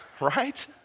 right